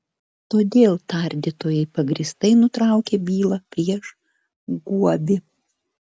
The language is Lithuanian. todėl tardytojai pagrįstai nutraukė bylą prieš guobį